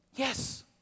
Yes